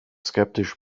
skeptisch